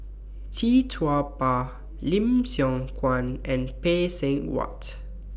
Tee Tua Ba Lim Siong Guan and Phay Seng Whatt